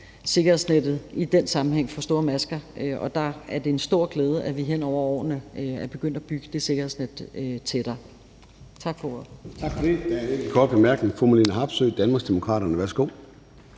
sikkerhedsnettets i den sammenhæng for store masker. Der er det en stor glæde, at vi hen over årene er begyndt at bygge det sikkerhedsnet tættere. Tak for ordet.